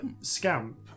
Scamp